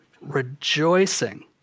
rejoicing